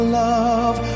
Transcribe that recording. love